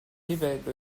livello